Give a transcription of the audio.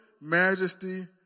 majesty